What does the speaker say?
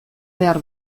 behar